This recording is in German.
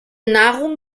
nahrung